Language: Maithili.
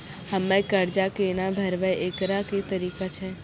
हम्मय कर्जा केना भरबै, एकरऽ की तरीका छै?